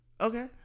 Okay